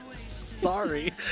Sorry